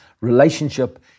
relationship